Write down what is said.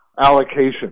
allocation